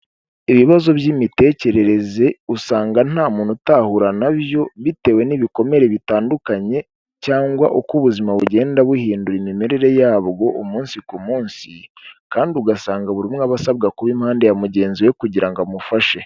Ibibazo by'imitekerereze usanga ntamuntu utahura na byo bitewe n'ibikomere bitandukanye cyangwa uko ubuzima bugenda buhindura imimerere yabwo umunsi ku munsi kandi ugasanga buri umwe aba asabwa kuba impande ya mugenzi we kugira ngo amufashe.